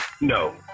No